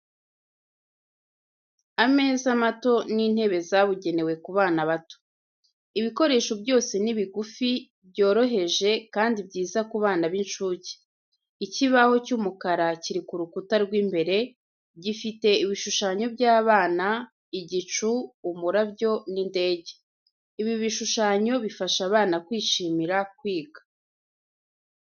Ameza mato n’intebe zabugenewe ku bana bato. Ibikoresho byose ni bigufi, byoroheje kandi byiza ku bana b’incuke. Ikibaho cy’umukara kiri ku rukuta rw’imbere, gifite ibishushanyo by'abana, igicu, umurabyo n’indege. Ibi bishushanyo bifasha abana kwishimira kwiga.